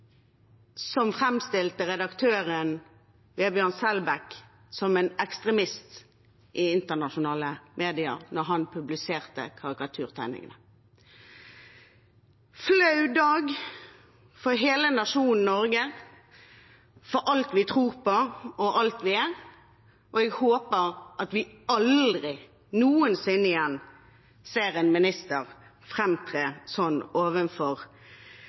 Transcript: som framstilte redaktøren Vebjørn Selbekk som en ekstremist i internasjonale medier fordi han publiserte karikaturtegninger. Det var en flau dag for hele nasjonen Norge, for alt vi tror på, og alt vi er, og jeg håper at vi aldri noensinne igjen ser en minister